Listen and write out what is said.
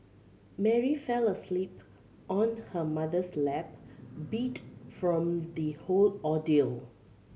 Mary fell asleep on her mother's lap beat from the whole ordeal